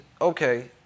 okay